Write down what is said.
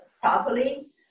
properly